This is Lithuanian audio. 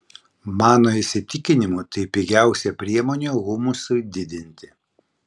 mano įsitikinimu tai pigiausia priemonė humusui didinti